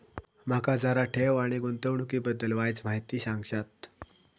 माका जरा ठेव आणि गुंतवणूकी बद्दल वायचं माहिती सांगशात?